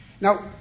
Now